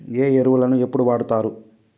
ఏ ఎరువులని ఎప్పుడు వాడుతారు?